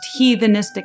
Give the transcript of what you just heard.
heathenistic